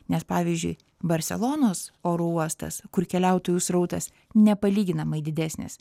nes pavyzdžiui barselonos oro uostas kur keliautojų srautas nepalyginamai didesnis